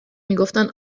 میگفتن